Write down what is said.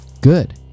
Good